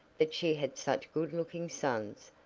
that she had such good-looking sons,